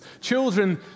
Children